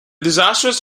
disastrous